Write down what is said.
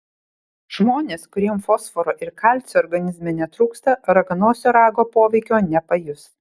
žmonės kuriems fosforo ir kalcio organizme netrūksta raganosio rago poveikio nepajus